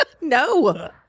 No